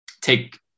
take